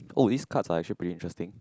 oh this cards are actually pretty interesting